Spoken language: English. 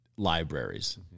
libraries